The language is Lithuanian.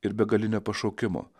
ir begalinio pašaukimo